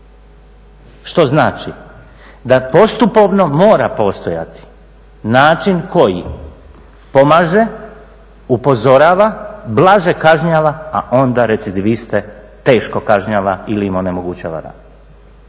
što znači da postupovno mora postojati način koji pomaže, upozorava, blaže kažnjava, a onda recidiviste teško kažnjava ili im onemogućava rad.